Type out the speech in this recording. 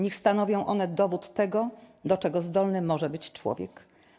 Niech stanowią one dowód tego, do czego zdolny może być człowiek.